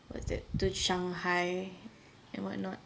what's that to shanghai and what not